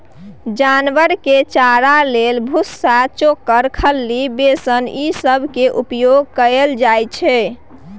जानवर के चारा लेल भुस्सा, चोकर, खल्ली, बेसन ई सब केर उपयोग कएल जाइ छै